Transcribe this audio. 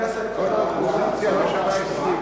שוכנענו.